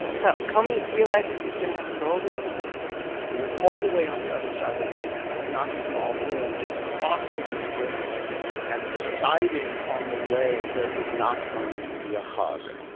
so comey realizes he's going to have to go over to the president and he's all the way on the other side of the room. it's it's not a small room. and he's crossing this room and deciding on the way there is not going to be a hug.